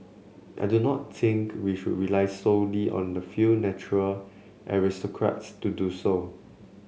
I do not think we should rely solely on the few natural aristocrats to do so